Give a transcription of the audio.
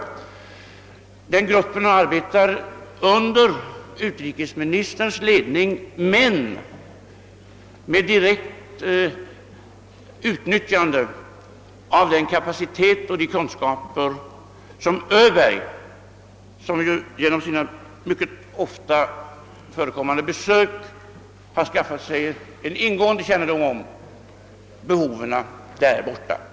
Den svenska studiegruppen arbetar under utrikesministerns ledning men med direkt utnyttjande av den kapacitet, de kunskaper och den ingående kännedom om behoven i Vietnam som Öberg genom sina besök skaffat sig.